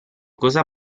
cosa